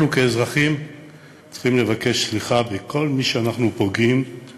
אנחנו כאזרחים צריכים לבקש סליחה מכל מי שאנחנו פוגעים בו